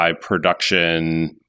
production